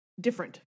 Different